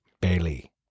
Bailey